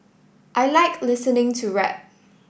I like listening to rap